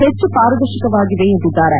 ಹೆಚ್ಚು ಪಾರದರ್ಶಕವಾಗಿದೆ ಎಂದಿದ್ದಾರೆ